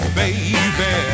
baby